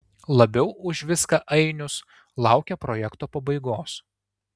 labiau už viską ainius laukia projekto pabaigos